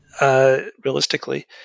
Realistically